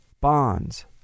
bonds